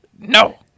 No